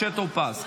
משה טור פז.